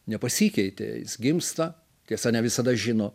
nepasikeitė jis gimsta tiesa ne visada žino